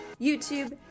YouTube